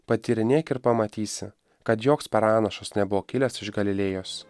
patyrinėk ir pamatysi kad joks pranašas nebuvo kilęs iš galilėjos